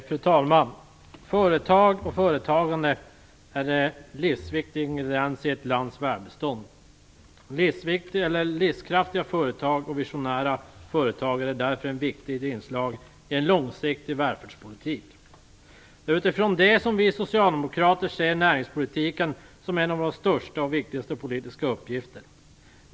Fru talman! Företag och företagande är en livsviktig ingrediens i ett lands välstånd. Livskraftiga företag och visionära företagare är därför ett viktigt inslag i en långsiktig välfärdspolitik. Det är utifrån det som vi socialdemokrater ser näringspolitiken som en av våra största och viktigaste politiska uppgifter.